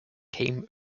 came